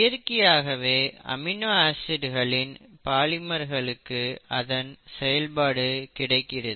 இயற்கையாகவே அமினோ ஆசிட்டுகளின் பாலிமர்களுக்கு அதன் செயல்பாடு கிடைக்கிறது